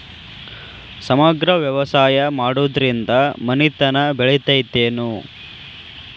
ಸಮಗ್ರ ವ್ಯವಸಾಯ ಮಾಡುದ್ರಿಂದ ಮನಿತನ ಬೇಳಿತೈತೇನು?